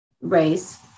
race